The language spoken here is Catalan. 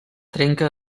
trenca